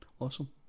Awesome